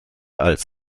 als